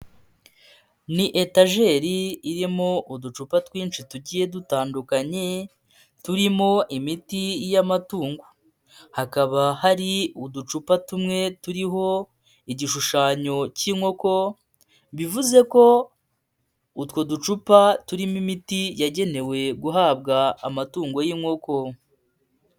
Ni etajeri irimo uducupa twinshi tugiye dutandukanye turimo imiti y'amatungo, hakaba hari uducupa tumwe turiho igishushanyo cy'inkoko bivuze ko utwo ducupa turimo imiti yagenewe guhabwa amatungo y'inkoko.